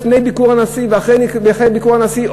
לפני ביקור הנשיא ואחרי ביקור הנשיא,